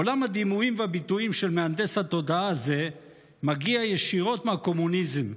עולם הדימויים והביטויים של מהנדס התודעה הזה מגיע ישירות מהקומוניזם.